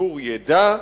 הציבור ידע,